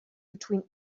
between